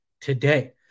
today